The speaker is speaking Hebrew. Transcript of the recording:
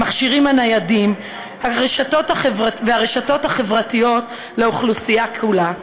המכשירים הניידים והרשתות החברתיות לאוכלוסייה כולה,